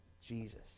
Jesus